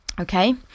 Okay